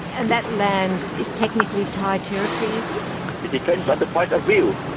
and that land is technically thai territory, is it? it depends on the point of view.